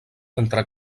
entre